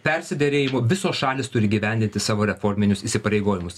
persiderėjimų visos šalys turi įgyvendinti savo reforminius įsipareigojimus